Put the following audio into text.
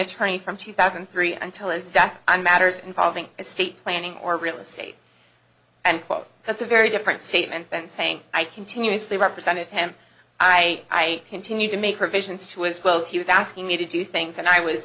attorney from two thousand and three until his death i'm matters involving estate planning or real estate and quote that's a very different statement than saying i continuously represented him i continue to make provisions to as well as he was asking me to do things and i was